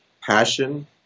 passion